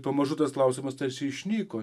pamažu tas klausimas tarsi išnyko